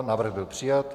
Návrh byl přijat.